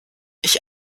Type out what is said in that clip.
ich